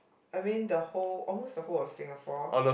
I mean the whole almost the whole of Singapore